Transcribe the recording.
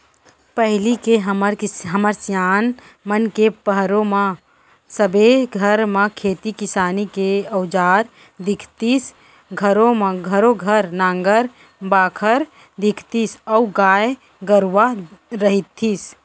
पहिली के हमर सियान मन के पहरो म सबे घर म खेती किसानी के अउजार दिखतीस घरों घर नांगर बाखर दिखतीस अउ गाय गरूवा रहितिस